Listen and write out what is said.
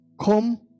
Come